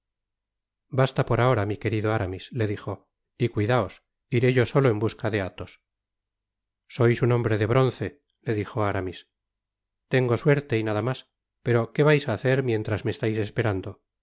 basta por ahora mi querido aramis le dijo y cuidaos iré yo solo en busca de athos sois un hombre de bronce le dijo aramis tengo suerte y nada mas pero qué vais á hacer mientras me estais esperapdo no